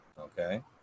okay